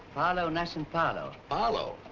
farlow, nash and farlow. farlow?